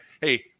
Hey